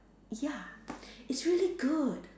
ya it's really good